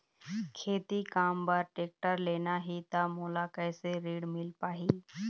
खेती काम बर टेक्टर लेना ही त मोला कैसे ऋण मिल पाही?